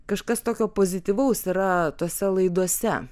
kažkas tokio pozityvaus yra tose laidose